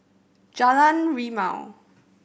Jalan Rimau